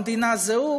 המדינה זה הוא,